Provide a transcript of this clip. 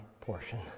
portion